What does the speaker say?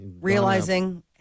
realizing